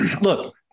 look